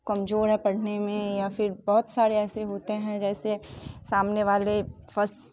कमजोर है पढ़ने में या फिर बहुत सारे ऐसे होते हैं जैसे सामने वाले फंस